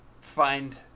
find